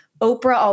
Oprah